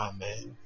Amen